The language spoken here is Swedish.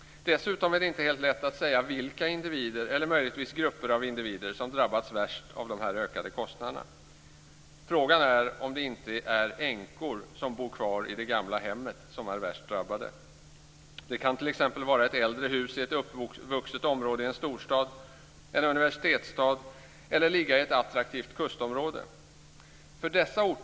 Dessutom är det inte helt lätt att säga vilka individer eller möjligtvis grupper av individer som drabbas värst av de här ökade kostnaderna. Frågan är om det inte är änkor som bor kvar i det gamla hemmet som är värst drabbade. Det kan t.ex. vara ett äldre hus i ett uppvuxet område i en storstad eller i en universitetsstad. Det kan också ligga i ett attraktivt kustområde.